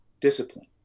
discipline